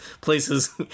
places